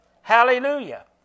Hallelujah